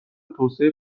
توسعه